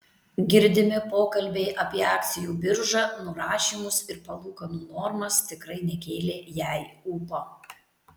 girdimi pokalbiai apie akcijų biržą nurašymus ir palūkanų normas tikrai nekėlė jai ūpo